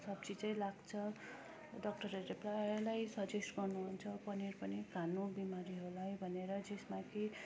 सब्जी चाहिँ लाग्छ डक्टरहरूले प्रायलाई सजेस्ट गर्नुहुन्छ पनिर पनि खानु बिमारीहरूलाई भनेर जसमा कि